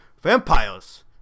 vampires